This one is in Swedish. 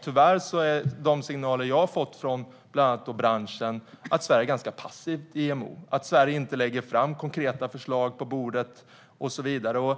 Tyvärr är de signaler som jag har fått från bland annat branschen att Sverige är ganska passivt i IMO, att Sverige inte lägger fram konkreta förslag på bordet och så vidare.